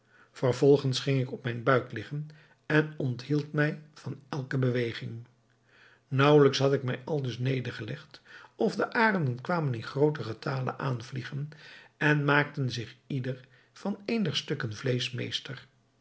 vervolgens ging ik op mijn buik liggen en onthield mij van elke beweging naauwelijks had ik mij aldus nedergelegd of de arenden kwamen in grooten getale aanvliegen en maakten zich ieder van een der stukken vleesch meester